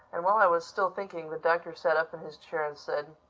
and while i was still thinking, the doctor sat up in his chair and said,